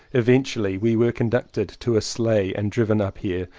eventually we were conducted to a sleigh and driven up here.